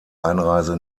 einreise